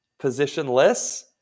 positionless